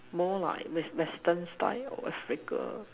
more like Western western style or Africa